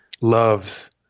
loves